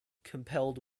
compelled